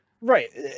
Right